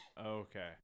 Okay